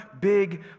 big